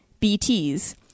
BTs